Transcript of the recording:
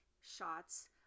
shots